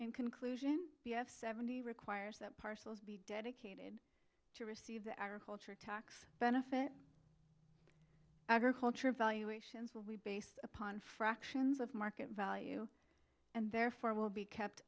and conclusion seventy requires that parcels be dedicated to receive the agriculture tax benefit agriculture evaluations will be based upon fractions of market value and therefore will be kept